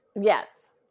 Yes